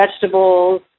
vegetables